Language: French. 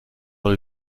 dans